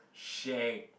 shag